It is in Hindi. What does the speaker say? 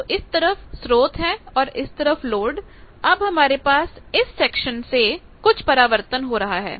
तो इस तरफ स्रोत है और इस तरफ लोड अब हमारे पास इस सेक्शन १७५८ समय पर देखे से कुछ परावर्तन हो रहा है